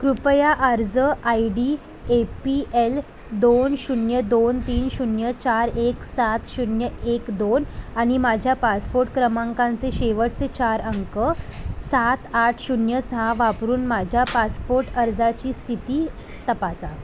कृपया अर्ज I D A P L दोन शून्य दोन तीन शून्य चार एक सात शून्य एक दोन आणि माझ्या पासपोट क्रमांकांचे शेवटचे चार अंक सात आठ शून्य सहा वापरून माझ्या पासपोट अर्जाची स्थिती तपासा